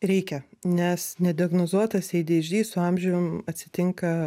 reikia nes nediagnozuotas eidėidždi su amžium atsitinka